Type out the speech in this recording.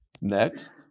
Next